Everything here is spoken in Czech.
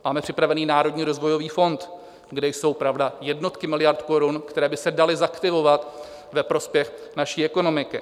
Máme připravený Národní rozvojový fond, kde jsou pravda jednotky miliard korun, které by se daly zaktivovat ve prospěch naší ekonomiky.